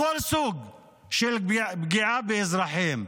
לכל סוג של פגיעה באזרחים,